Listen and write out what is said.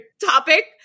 topic